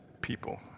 people